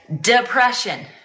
depression